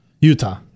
Utah